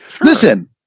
listen